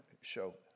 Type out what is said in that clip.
show